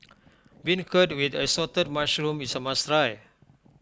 Beancurd with Assorted Mushrooms is a must try